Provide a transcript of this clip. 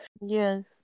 Yes